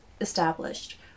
established